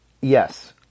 Yes